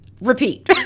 repeat